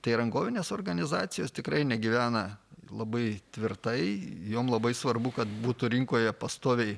tai rangovinės organizacijos tikrai negyvena labai tvirtai jom labai svarbu kad butų rinkoje pastoviai